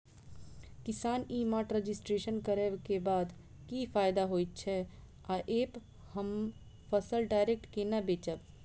किसान e mart registration करै केँ बाद की फायदा होइ छै आ ऐप हम फसल डायरेक्ट केना बेचब?